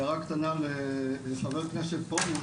הערה קטנה לחבר כנסת פרוש,